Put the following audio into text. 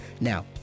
Now